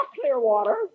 Clearwater